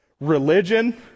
religion